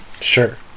Sure